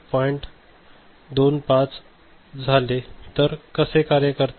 25 झाले तर हे कसे कार्य करते